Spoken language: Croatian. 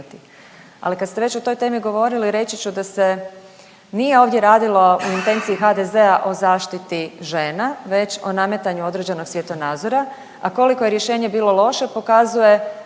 Ali kad ste već o toj temi govorili reći ću da se nije ovdje radilo u intenciji HDZ-a o zaštiti žena, već o nametanju određenog svjetonazora, a koliko je rješenje bilo loše pokazuje